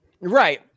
Right